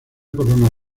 corona